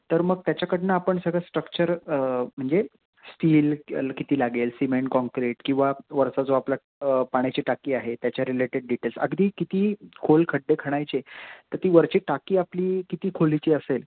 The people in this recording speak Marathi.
तर मग त्याच्याकडनं आपण सगळं स्ट्रक्चर म्हणजे स्टील किती लागेल सिमेंट काँक्रीट किंवा वरचा जो आपल्या पाण्याची टाकी आहे त्याच्या रिलेटेड डिटेल्स अगदी किती खोल खड्डे खणायचे तर ती वरची टाकी आपली किती खोलीची असेल